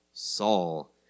Saul